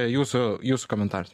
jūsų jūsų komentaras